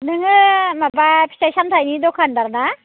नोङो माबा फिथाइ सामथायनि दखान्दार ना